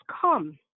come